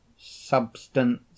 substance